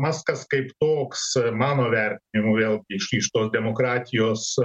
maskas kaip toks mano vertinimu vėlgi iš iš tos demokratijos